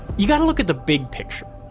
you gotta look at the big picture.